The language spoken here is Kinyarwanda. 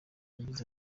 yagize